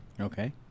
Okay